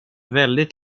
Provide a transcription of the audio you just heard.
väldigt